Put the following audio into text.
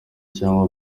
cyangwa